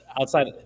Outside